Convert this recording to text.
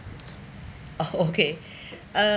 o~ okay uh